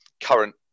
current